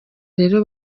rero